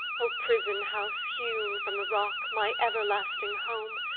o prison house hewn from the rock, my everlasting home,